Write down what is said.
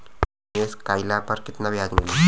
निवेश काइला पर कितना ब्याज मिली?